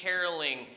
caroling